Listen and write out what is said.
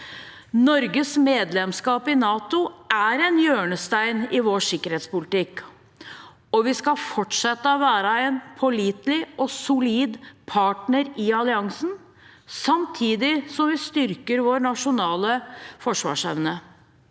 Norges medlemskap i NATO er en hjørnestein i vår sikkerhetspolitikk. Vi skal fortsette å være en pålitelig og solid partner i alliansen, samtidig som vi styrker vår nasjonale forsvarsevne.